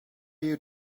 you